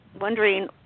wondering